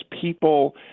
people